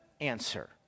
answer